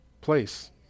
place